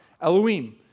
Elohim